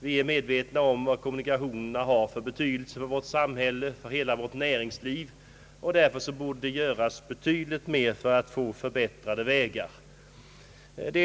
Alla är ju medvetna om kommunikationernas betydelse för näringslivet och för hela vårt samhälle, och därför borde det också göras betydligt mera för att förbättra vägarna.